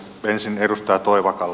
ensin edustaja toivakalle